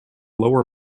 lower